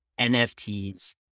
NFTs